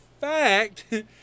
fact